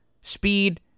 Speed